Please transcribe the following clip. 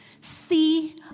see